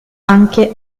anche